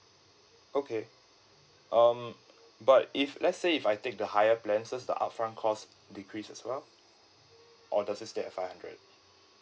okay um but if let's say if I take the higher plan so is the upfront cost decrease as well or does is stay stay at five hundred